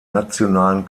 nationalen